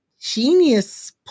genius